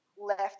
Left